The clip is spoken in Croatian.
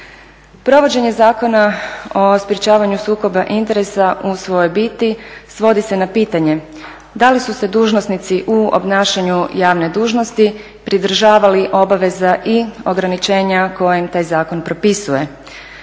Provođenje Zakona o sprječavanju sukoba interesa u svojoj biti svodi se na pitanje da li su se dužnosnici u obnašanju javne dužnosti pridržavali obaveza i ograničenja koje im taj zakon propisuje,